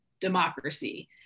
democracy